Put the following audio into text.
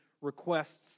requests